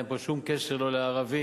אין פה שום קשר לא לערבים,